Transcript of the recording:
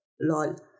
Lol